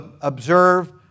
observe